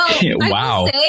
wow